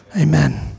Amen